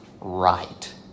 right